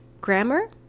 grammar